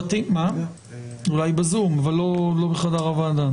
אולי בזום, אבל לא בחדר הוועדה.